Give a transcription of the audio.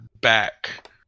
back